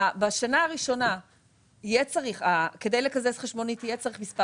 בשנה הראשונה כדי לקזז חשבונית יהיה צריך מספר